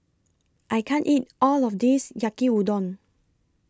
I can't eat All of This Yaki Udon